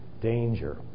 danger